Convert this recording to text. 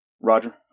Roger